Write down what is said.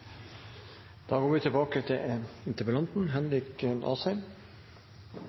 da er vi tilbake til